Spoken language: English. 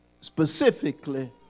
specifically